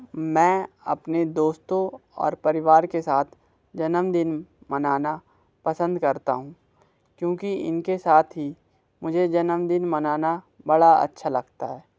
मैं अपने दोस्तों और परिवार के साथ जन्मदिन मनाना पसंद करता हूँ क्योंकि इनके साथ ही मुझे जन्मदिन मनाना बड़ा अच्छा लगता है